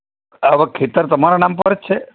આવા ખેતર તમારા નામ પર જ છે